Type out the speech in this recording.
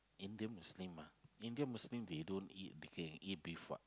Indian Muslim mah Indian Muslin they don't eat they can eat beef [what]